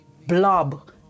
blob